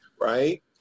right